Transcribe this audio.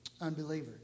Unbeliever